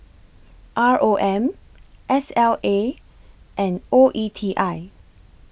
R O M S L A and O E T I